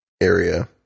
area